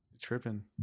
Tripping